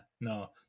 No